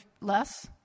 less